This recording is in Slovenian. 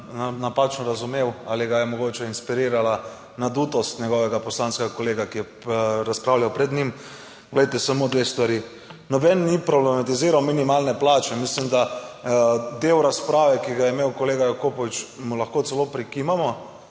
napačno razumel ali ga je mogoče inspirirala nadutost njegovega poslanskega kolega, ki je razpravljal pred njim. Glejte, samo dve stvari, noben ni problematiziral minimalne plače. Mislim, da del razprave, ki ga je imel kolega Jakopovič mu lahko celo prikimamo.